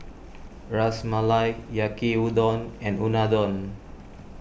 Ras Malai Yaki Udon and Unadon